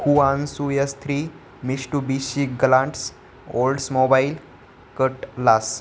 Huansu yes three Mitsubishi Galants Oldsmobile Cutlass